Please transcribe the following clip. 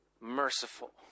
merciful